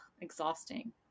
exhausting